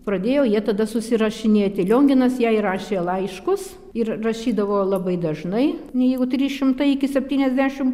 pradėjo jie tada susirašinėti lionginas jai rašė laiškus ir rašydavo labai dažnai na jeigu trys šimtai iki septyniasdešim